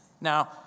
Now